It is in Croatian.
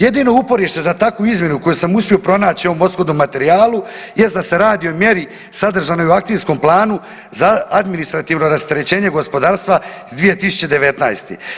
Jedino uporište za takvu izmjenu koju sam uspio pronaći u ovom oskudnom materijalu jest da se radi o mjeri sadržanoj u akcijskom planu za administrativno rasterećenje gospodarstva iz 2019.